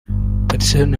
barcelone